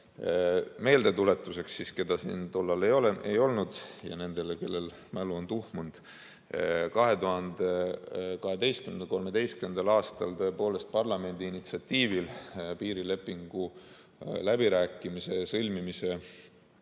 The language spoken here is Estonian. Meeldetuletuseks neile, keda siin tollal ei olnud, ja nendele, kellel mälu on tuhmunud: 2012. ja 2013. aastal tõepoolest parlamendi initsiatiivil piirilepingu läbirääkimise sõlmimise